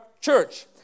church